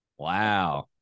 Wow